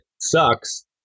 sucks